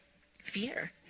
fear